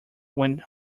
when